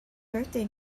birthday